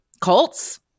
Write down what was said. cults